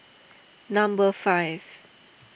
number five